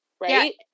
right